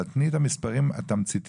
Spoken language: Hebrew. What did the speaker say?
אבל תני את המספרים התמציתיים,